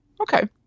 Okay